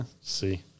see